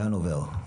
בהנובר.